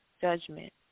judgment